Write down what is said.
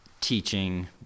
teaching